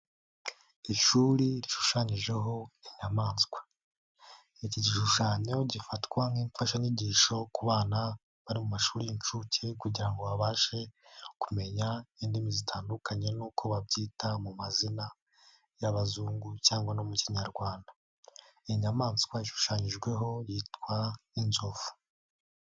Ishuri rishushanyijeho inyamaswa, iki gishushanyo gifatwa nk'imfashanyigisho ku bana bari mu mashuri y'inshuke kugira ngo babashe kumenya indimi zitandukanye n'uko babyita mu mazina y'abazungu cyangwa no mu kinyarwanda, ni inyayamaswa ishushanyijweho yitwa inzovu.